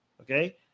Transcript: okay